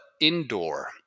indoor